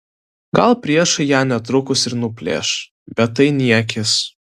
gal priešai ją netrukus ir nuplėš bet tai niekis